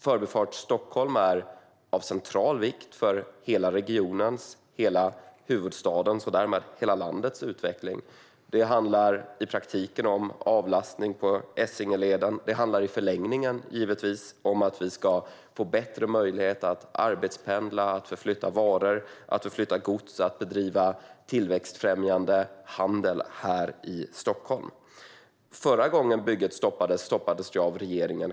Förbifart Stockholm är av central vikt för hela regionens, hela huvudstadens och därmed hela landets utveckling. Det handlar i praktiken om avlastning på Essingeleden, och i förlängningen handlar det givetvis om att vi ska få bättre möjlighet att arbetspendla, förflytta varor och gods samt bedriva tillväxtfrämjande handel här i Stockholm. Förra gången bygget stoppades var det regeringen själv som gjorde det.